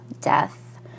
death